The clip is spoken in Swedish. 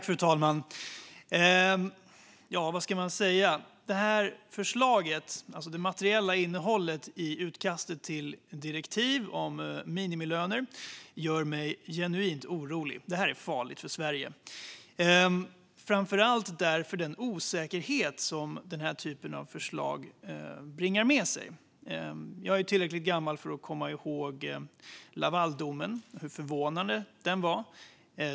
Fru talman! Vad ska man säga? Det materiella innehållet i utkastet till direktiv om minimilöner gör mig genuint orolig. Det här är farligt för Sverige. Det beror framför allt på den osäkerhet den här typen av förslag bringar med sig. Jag är tillräckligt gammal för att komma ihåg Lavaldomen och hur förvånande den var.